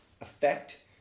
effect